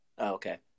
Okay